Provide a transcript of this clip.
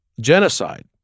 genocide